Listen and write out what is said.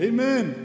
Amen